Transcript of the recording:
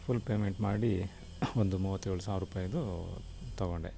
full payment ಮಾಡಿ ಒಂದು ಮೂವತ್ತೇಳು ಸಾವಿರ ರೂಪಾಯ್ದು ತೆಗೊಂಡೆ